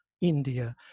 India